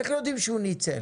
איך יודעים שהוא ניצל?